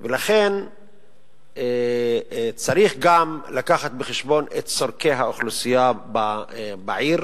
ולכן צריך גם לקחת בחשבון את צורכי האוכלוסייה בעיר,